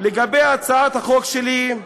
לגבי הצעת החוק שלי,